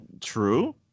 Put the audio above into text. true